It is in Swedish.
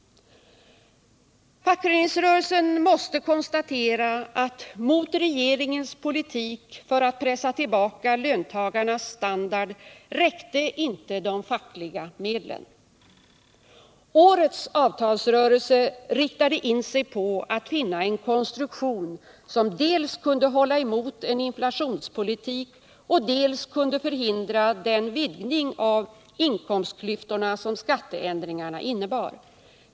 Fackföreningsrörelsen måste konstatera att mot regeringens politik för att pressa tillbaka löntagarnas standard räckte inte de fackliga medlen. Årets avtalsrörelse riktade in sig på att finna en konstruktion som dels kunde hålla emot en inflationspolitik, dels kunde förhindra den vidgning av inkomstklyftorna som skatteändringarna innebar.